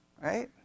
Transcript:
Right